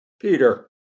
Peter